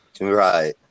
Right